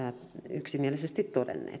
yksimielisesti todenneet meillä